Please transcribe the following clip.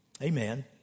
Amen